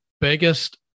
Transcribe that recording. biggest